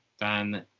Dan